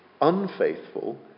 unfaithful